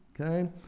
Okay